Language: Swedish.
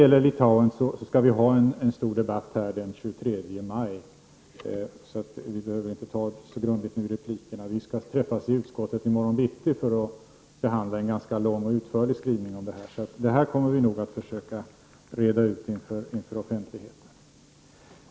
Om Litauen skall vi ha en stor debatt den 23 maj, så vi behöver inte ta det så grundligt nu. Vi skall träffas i utskottet i morgon bitti för att behandla en ganska lång och utförlig skrivning om detta. Så det här kommer vi nog att försöka reda ut inför offentligheten.